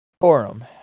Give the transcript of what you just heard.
Forum